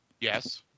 Yes